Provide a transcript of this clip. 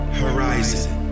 horizon